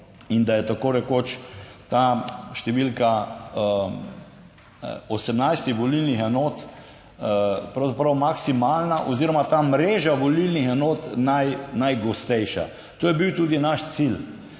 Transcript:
in da je tako rekoč ta številka 18 volilnih enot pravzaprav maksimalna oziroma ta mreža volilnih enot naj..., najgostejša. To je bil tudi naš cilj.